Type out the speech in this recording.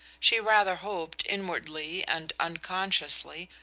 she rather hoped, inwardly and unconsciously,